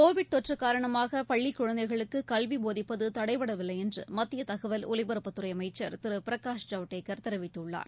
Covid தொற்று காரணமாக பள்ளிக் குழந்தைகளுக்கு கல்வி போதிப்பது தடைபடவில்லை என்று மத்திய தகவல் ஒலிபரப்புத்துறை அமைச்சர் திரு பிரகாஷ் ஜவடேகர் தெரிவித்துள்ளார்